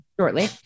Shortly